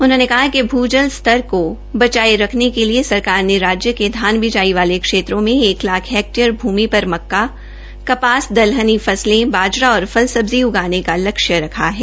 उन्होंने कहा कि भू जल स्तर को बचाये रखने के लिए सरकार ने राज्य के धान बिजाई वाले क्षेत्रों में लाख हेक्टेयर भूमि पर मक्का कपास दलहनी फसले बाजरा और फल सब्जी उगाने का लक्ष्य रखा है